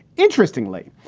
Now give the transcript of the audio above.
interestingly,